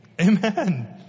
Amen